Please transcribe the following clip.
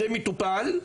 זה מטופל,